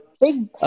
Big